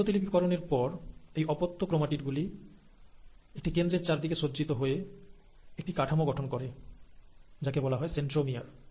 DNA প্রতিলিপিকরণের পর এই অপত্য ক্রোমাটিড গুলি একটি কেন্দ্রের চারিদিকে সজ্জিত হয়ে একটি কাঠামো গঠন করে যাকে বলা হয় সেন্ট্রোমিয়ার